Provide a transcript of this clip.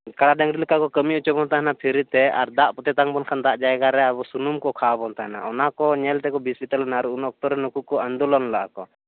ᱠᱟᱲᱟ ᱰᱟ ᱝᱨᱤ ᱞᱮᱠᱟ ᱠᱚ ᱠᱟᱹᱢᱤ ᱦᱚᱪᱚ ᱵᱚᱱ ᱛᱟᱦᱮᱱᱟ ᱯᱷᱨᱤ ᱛᱮ ᱟᱨ ᱫᱟᱜ ᱛᱮᱛᱟᱝ ᱵᱚᱱ ᱠᱷᱟᱱ ᱫᱟᱜ ᱡᱟᱭᱜᱟ ᱨᱮ ᱟ ᱵᱚ ᱥᱩᱱᱩᱢ ᱠᱚ ᱠᱷᱟᱣᱟ ᱵᱚᱱᱟ ᱛᱟᱦᱮᱱᱟ ᱚᱱᱟ ᱠᱚ ᱧᱮᱞᱛᱮ ᱵᱤᱥᱯᱤᱛᱟᱣ ᱞᱮᱱᱟ ᱟᱨ ᱩᱱ ᱚᱠᱛᱚ ᱨᱮ ᱱᱩᱠᱩ ᱠᱚ ᱟᱱᱫᱳᱞᱚᱱ ᱞᱟᱜᱼᱟ ᱠᱚ